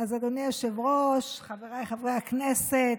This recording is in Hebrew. אז אדוני היושב-ראש, חבריי חברי הכנסת,